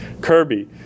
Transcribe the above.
Kirby